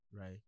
right